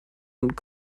und